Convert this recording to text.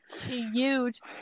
huge